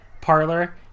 parlor